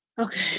Okay